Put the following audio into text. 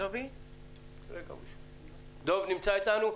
נמצא איתנו?